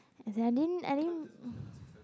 I didn't I didn't